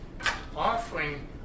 offering